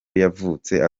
yavutse